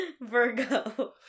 Virgo